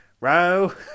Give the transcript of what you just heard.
row